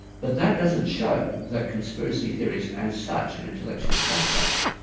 but that doesn't show that conspiracy theories as such, are intellectually suspect.